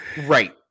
Right